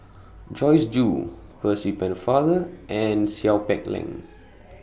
Joyce Jue Percy Pennefather and Seow Peck Leng